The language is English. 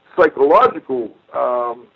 psychological